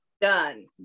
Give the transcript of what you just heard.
done